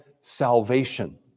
salvation